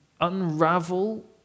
unravel